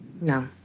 No